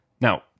Now